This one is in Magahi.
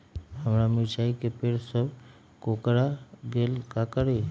हमारा मिर्ची के पेड़ सब कोकरा गेल का करी?